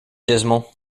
dismal